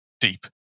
deep